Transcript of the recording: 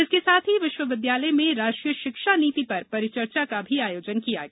इसके साथ ही विश्वविद्यालय में राष्ट्रीय शिक्षा नीति पर परिचर्चा का भी आयोजन किया गया